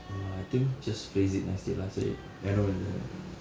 !wah! I think just phrase it nicely lah say இடம் இல்ல:idam illa